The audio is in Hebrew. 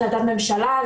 החלטת ממשלה,